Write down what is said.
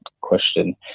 question